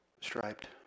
striped